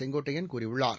செங்கோட்டையன் கூறியுள்ளார்